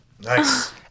Nice